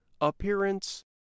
appearance